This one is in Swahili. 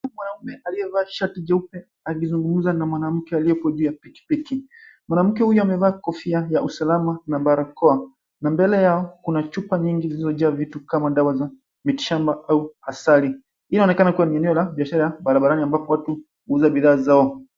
Mwanaume aliyevaa shati jeupe, akizungumza na mwanamke aliyeko juu ya pikipiki. Mwanamke huyo amevaa kofia ya usalama na barakoa, na mbele yao kuna chupa nyingi, zilizojaa vitu kama dawa za miti shamba au asali. Hii inaonekana ni eneo la biashara, barabarani, ambapo watu huuza bidhaa zao.